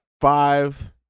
five